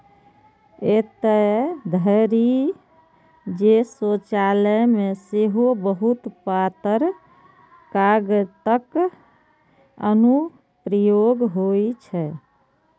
एतय धरि जे शौचालय मे सेहो बहुत पातर कागतक अनुप्रयोग होइ छै